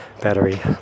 battery